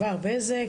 ענבר בזק,